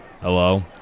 Hello